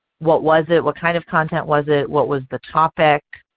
what was it? what kind of content was it? what was the topic?